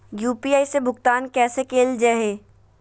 UPI से भुगतान कैसे कैल जहै?